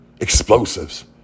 explosives